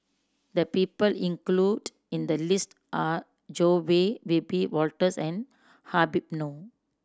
the people included in the list are Zoe Tay Wiebe Wolters and Habib Noh